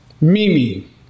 Mimi